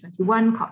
2021